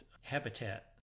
habitat